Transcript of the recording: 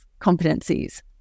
competencies